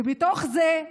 ובתוך זה,